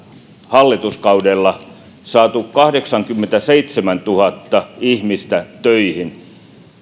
hallituskaudella saaneet kahdeksankymmentäseitsemäntuhatta ihmistä töihin